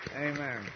Amen